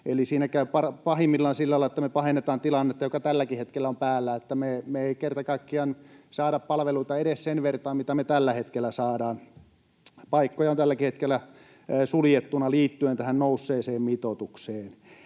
siinä käy pahimmillaan sillä lailla, että me pahennetaan tilannetta, joka tälläkin hetkellä on päällä, että me ei kerta kaikkiaan saada palveluita edes sen vertaa, mitä me tällä hetkellä saadaan. Paikkoja on tälläkin hetkellä suljettuna liittyen tähän nousseeseen mitoitukseen.